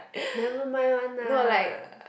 nevermind one lah